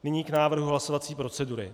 Nyní k návrhu hlasovací procedury.